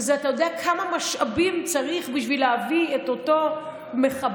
אתה יודע כמה משאבים צריך כדי להביא את אותו מחבל,